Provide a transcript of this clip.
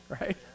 right